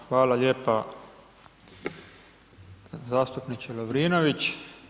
Hvala lijepa zastupniče Lovrinović.